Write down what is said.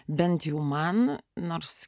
bent jau man nors